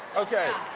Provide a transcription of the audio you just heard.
okay,